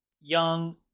young